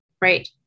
Right